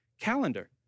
calendar